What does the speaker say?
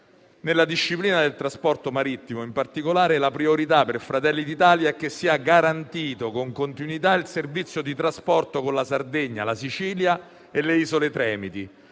Nella disciplina del trasporto marittimo, in particolare, la priorità per Fratelli d'Italia è che sia garantito con continuità il servizio di trasporto con la Sardegna, la Sicilia e le isole Tremiti.